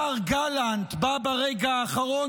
השר גלנט בא ברגע האחרון,